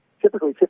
typically